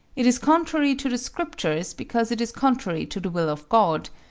it is contrary to the scriptures because it is contrary to the will of god,